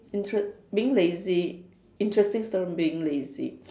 intere~ being lazy interesting story being lazy